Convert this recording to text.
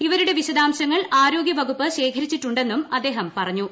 ഇവരുടെ വിശദാംശങ്ങൾ ആരോഗ്യ വകുപ്പ് ശേഖരിച്ചിട്ടുണ്ടെന്നും അദ്ദേഹം പറഞ്ഞു